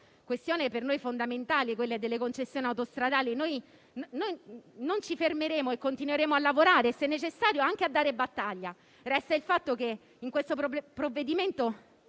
questione per noi fondamentale delle concessioni autostradali, non ci fermeremo e continueremo a lavorare e se necessario anche a dare battaglia. Resta il fatto che in questo provvedimento